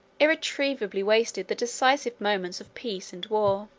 irretrievably wasted the decisive moments of peace and war.